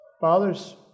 fathers